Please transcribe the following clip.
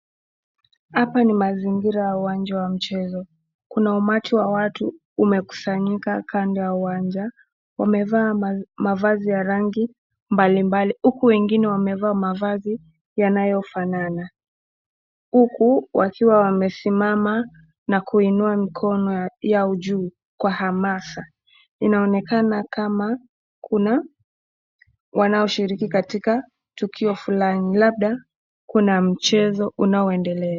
Hapa ni mazingira ya uwanja wa mchezo kuna umati wa watu umekusanyika kando ya uwanja. Wamevaa mavazi ya rangi mbalimbali huku wengine wamevaa mavazi yanayofanana huku wakiwa wamesimama na kuinua mikono yao juu kwa hamasa, inaonekana kama kuna wanaoshiriki katika tukio fulani labda kuna mchezo unaoendelea.